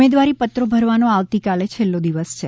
ઉમેદવારી પત્રો ભરવાનો આવતીકાલે છેલ્લો દિવસ છે